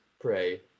pray